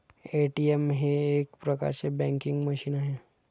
ATM हे एक प्रकारचे बँकिंग मशीन आहे